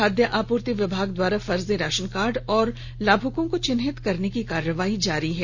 खाद्य आपूर्ति विभाग द्वारा फर्जी राशन कार्ड और लाभुकों को चिन्हित करने की कार्रवाई जारी है